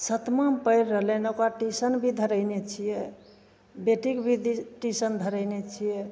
सतमामे पढ़ि रहलै हँ ओकरा ट्यूशन भी धरेने छिए बेटीके भी ट्यूशन धरेने छिए